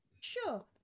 Sure